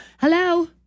Hello